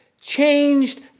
changed